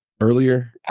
earlier